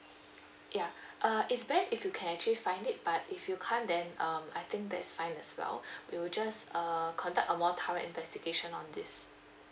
ya uh it's best if you can actually find it but if you can't then um I think that's fine as well we'll just err conduct a more thorough investigation on this